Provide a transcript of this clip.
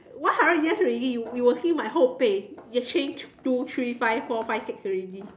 one hundred years already you will see my whole pay change two three five four five six already